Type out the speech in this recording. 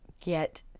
get